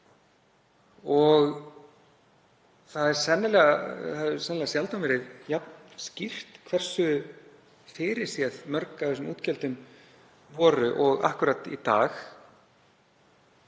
Og það hefur sennilega sjaldan verið jafn skýrt hversu fyrirséð mörg af þessum útgjöldum voru og akkúrat í dag.